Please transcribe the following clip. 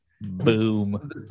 Boom